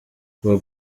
kuba